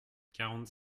quarante